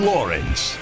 Lawrence